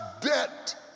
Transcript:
debt